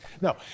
No